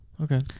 Okay